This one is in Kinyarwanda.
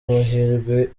amahirwe